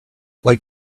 like